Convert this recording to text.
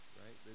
right